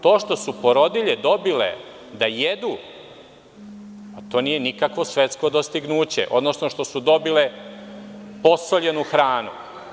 To što su porodilje dobile da jedu to nije nikakvo svetsko dostignuće, odnosno što su dobile posoljenu hranu.